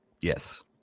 Yes